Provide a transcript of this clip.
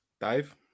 dave